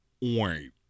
wait